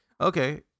okay